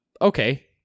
Okay